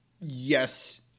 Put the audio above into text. yes